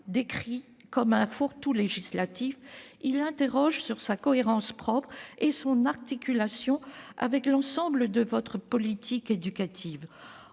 décrit comme un « fourre-tout législatif », il interroge sur sa cohérence propre et son articulation avec l'ensemble de votre politique éducative.